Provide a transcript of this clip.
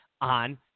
on